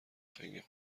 خنگ